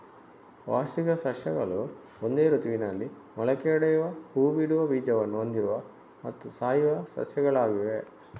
ವಾರ್ಷಿಕ ಸಸ್ಯಗಳು ಒಂದೇ ಋತುವಿನಲ್ಲಿ ಮೊಳಕೆಯೊಡೆಯುವ ಹೂ ಬಿಡುವ ಬೀಜವನ್ನು ಹೊಂದಿರುವ ಮತ್ತು ಸಾಯುವ ಸಸ್ಯಗಳಾಗಿವೆ